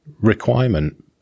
requirement